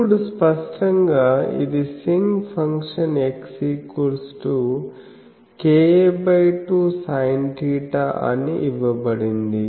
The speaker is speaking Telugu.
ఇప్పుడు స్పష్టంగా ఇది సింక్ ఫంక్షన్X ka2sinθ అని ఇవ్వబడింది